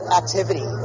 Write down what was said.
activity